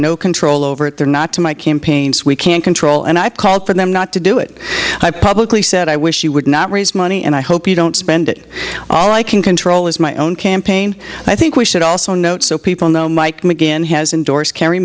no control over it they're not to my campaigns we can't control and i called for them not to do it i publicly said i wish you would not raise money and i hope you don't spend it all i can control is my own campaign i think we should also note so people know mike mcginn has endorsed kerry